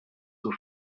zur